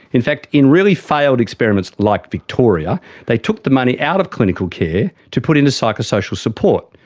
in fact in really failed experiments like victoria they took the money out of clinical care to put into psychosocial support.